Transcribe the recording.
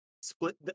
split